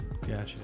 gotcha